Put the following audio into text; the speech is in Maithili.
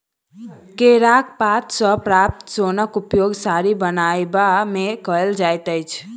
केराक पात सॅ प्राप्त सोनक उपयोग साड़ी बनयबा मे कयल जाइत अछि